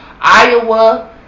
Iowa